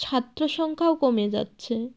ছাত্রসংখ্যাও কমে যাচ্ছে